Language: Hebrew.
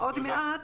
עוד מעט